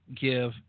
give